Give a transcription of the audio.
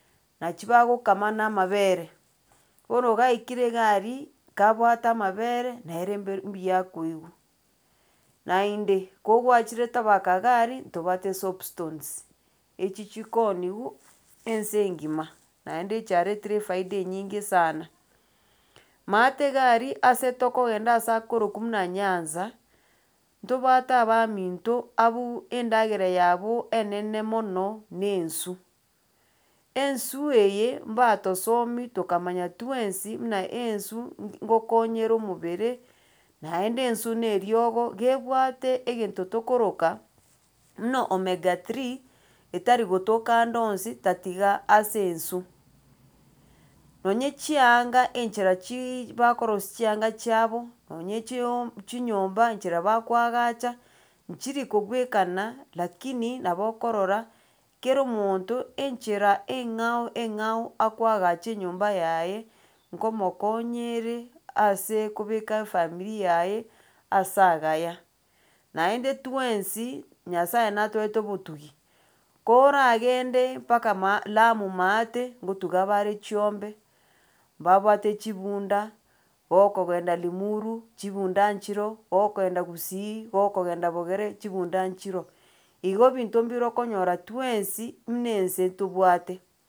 Nachio bagokama na amabere, bono gaikire iga aria, kabwate amabere, nere mberi mbuya akoigwa, naende, kogwachirete tabaka iga aria ntobwate esoap stones, echio chikoniwa ense engima, naende chiaretire efaida enyinge sana. Maate iga aria ase tokogenda ase akorokwa muna nyanza, ntobwate abaminto abu endagera yabo enene mono na enswe. Enswe eye, mbatosomia tokamanya twensi muna enswe ng ngokonyere omobere naende enswe na eriogo ga ebwate egento tokoroka muna omega 3 etari gotoka ande onsi tatiga ase enswe nonye chianga enchera chiiii bakorosia chianga chiabo, nonye chihome chinyomba enchera bakoagacha, nchiri kobwekana lakini nabo okorora kera omonto enchera eng'ao eng'ao akoagacha enyomba yaye nkomokonyere ase ekobeka efamiri yaye ase agaya. Naende twensi, nyasaye natoete obotugi, koragende mpaka ma lamu maate, ngotuga bare chiombe, mbabwate chibunda, bokogenda limuru, chibunda nchiroo, gokoenda gusii, gokogenda bogere chibunda nchiroo. Igo binto mbire okonyora twensi muna ense ntobwate.